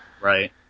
Right